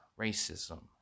racism